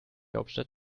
hauptstadt